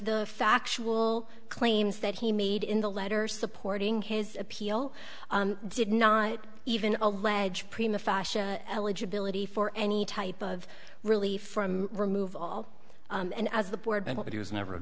the factual claims that he made in the letter supporting his appeal did not even allege prima fascia eligibility for any type of relief from remove all and as the board he was never a